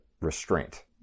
restraint